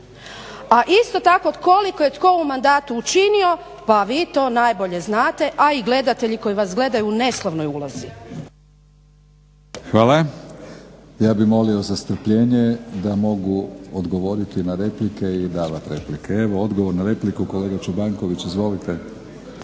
A isto tako koliko je tko u mandatu učinio pa vi to najbolje znate, a i gledatelji koji vas gledaju u neslavnoj ulozi. **Batinić, Milorad (HNS)** Hvala. Ja bih molio za strpljenje da mogu odgovoriti na replike i davati replike. Evo odgovor na repliku kolega Čobanković. Izvolite.